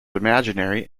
imaginary